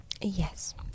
yes